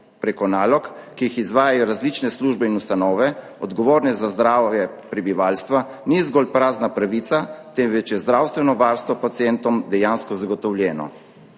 prek nalog, ki jih izvajajo različne službe in ustanove, odgovorne za zdravje prebivalstva, ni zgolj prazna pravica, temveč je zdravstveno varstvo pacientom dejansko zagotovljeno.